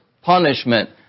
punishment